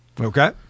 Okay